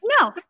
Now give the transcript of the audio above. no